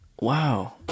Wow